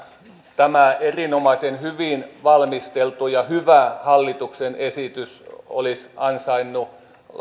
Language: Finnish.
tämä erinomaisen hyvin valmisteltu ja hyvä hallituksen esitys olisi ansainnut